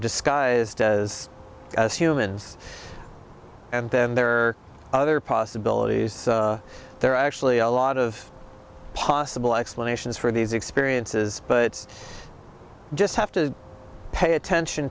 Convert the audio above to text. disguised as a few mins and then there are other possibilities there are actually a lot of possible explanations for these experiences but just have to pay attention